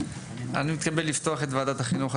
אני מתכבד לפתוח את ישיבת ועדת החינוך,